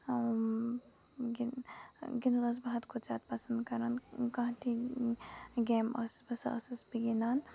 گِندُن ٲسٕس بہٕ حدٕ کھۄتہٕ زیادٕ پَسند کران کانہہ تہِ گیم ٲسٕس بہٕ سۄ ٲسٕس بہٕ گِندان